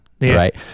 right